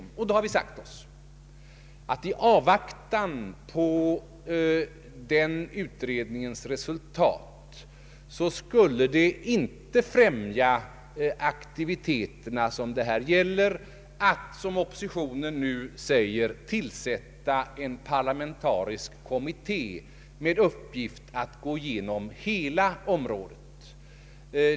Vi har sagt oss inom departementet att i avvaktan på den utredningens resultat skulle det inte främja de aktiviteter som det här gäller att — som oppositionen nu säger — tillsätta en parlamentarisk kommitté med uppgift att gå igenom hela området.